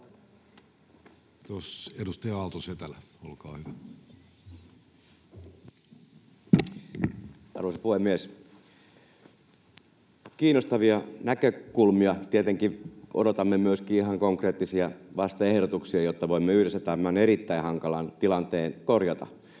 Time: 15:33 Content: Arvoisa puhemies! Kiinnostavia näkökulmia. Tietenkin odotamme myöskin ihan konkreettisia vastaehdotuksia, jotta voimme yhdessä tämän erittäin hankalan tilanteen korjata.